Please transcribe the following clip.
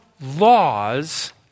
laws